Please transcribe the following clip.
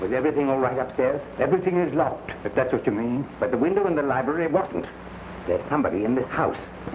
with everything right up there everything is left if that's what you mean but the window in the library wasn't that somebody in the house